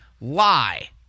lie